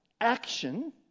action